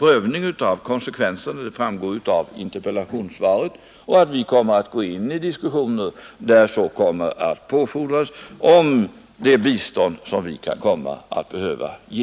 redan prövar konsekvenserna och att vi kommer att gå in i diskussioner där så påfordras om det bistånd som vi kan behöva ge.